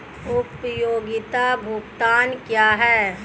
उपयोगिता भुगतान क्या हैं?